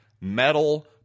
metal